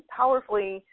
powerfully